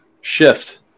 shift